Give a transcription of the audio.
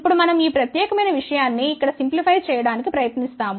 ఇప్పుడు మనం ఈ ప్రత్యేకమైన విషయాన్ని ఇక్కడ సరళీకృతం చేయడానికి ప్రయత్నిస్తాము